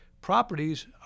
properties